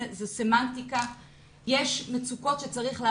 זאת סמנטיקה,